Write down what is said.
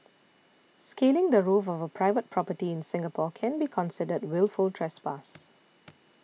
scaling the roof of a private property in Singapore can be considered wilful trespass